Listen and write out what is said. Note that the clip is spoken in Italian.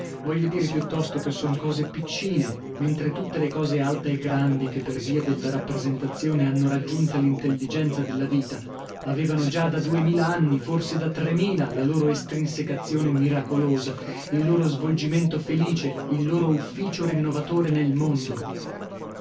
voglio dire piuttosto che son cose piccine mentre tutte le cose alte e grandi che per via della rappresentazione hanno raggiunta l'intelligenza della vita avevano già da duemil'anni forse da tremila la loro estrinsecazione miracolosa il loro svolgimento felice il loro ufficio rinnovatore nel mondo